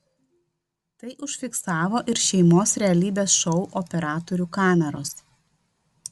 tai užfiksavo ir šeimos realybės šou operatorių kameros